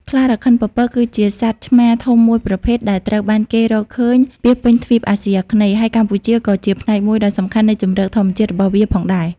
ខ្លារខិនពពក គឺជាសត្វឆ្មាធំមួយប្រភេទដែលត្រូវបានគេរកឃើញពាសពេញទ្វីបអាស៊ីអាគ្នេយ៍ ហើយកម្ពុជាក៏ជាផ្នែកមួយដ៏សំខាន់នៃជម្រកធម្មជាតិរបស់វាផងដែរ។